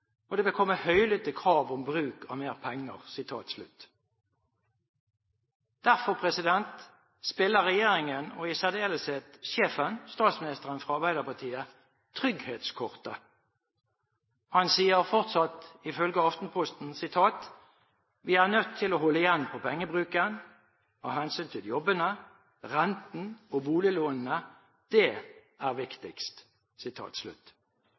og det vil komme høylytte krav om å bruke mer penger.» Derfor spiller regjeringen, og i særdeleshet sjefen – statsministeren fra Arbeiderpartiet – «Trygghetskortet». Han sier, fortsatt ifølge Aftenposten: «Vi er nødt til å holde igjen på pengebruken av hensyn til jobbene, renten og boliglånene. Det er viktigst.»